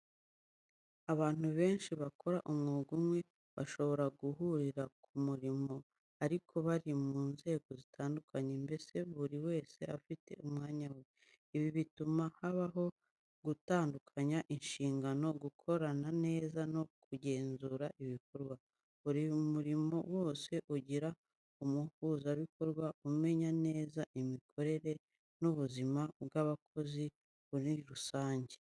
Abantu benshi bakora umwuga umwe, bashobora guhurira ku murimo ariko bari mu nzego zitandukanye, mbese buri wese afite umwanya we. Ibi bituma habaho gutandukanya inshingano, gukorana neza no kugenzura ibikorwa. Buri murimo wose ugira umuhuzabikorwa umenya neza imikorere n’ubuzima bw'abakozi muri rusange.